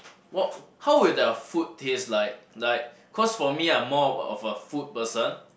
what how will their food taste like like cause for me I'm more of a of a food person